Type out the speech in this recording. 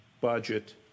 budget